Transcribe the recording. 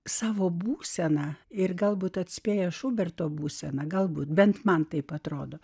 savo būseną ir galbūt atspėja šuberto būsena galbūt bent man taip atrodo